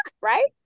right